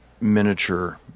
miniature